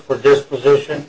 for this position